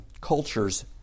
culture's